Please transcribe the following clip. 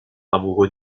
amoureux